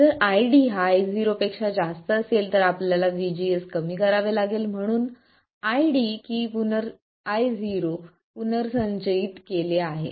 जर ID हा Io पेक्षा जास्त असेल तर आपल्याला VGS कमी करावे लागेल म्हणून ID की Io पुनर्संचयित केले आहे